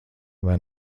vai